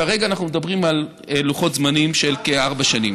כרגע אנחנו מדברים על לוחות זמנים של כארבע שנים.